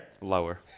Lower